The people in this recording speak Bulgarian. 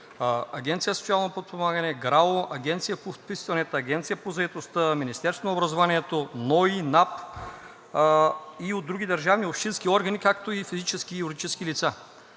Агенция „Социално подпомагане“, ГРАО, Агенцията по вписванията, Агенцията по заетостта, Министерството на образованието и науката, НОИ, НАП и от други държавни и общински органи, както и физически и юридически лица.